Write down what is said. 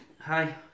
Hi